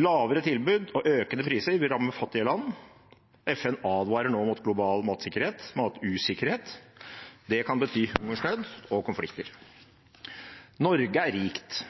Lavere tilbud og økende priser vil ramme fattige land. FN advarer nå mot global matusikkerhet. Det kan bety hungersnød og konflikter. Norge er rikt.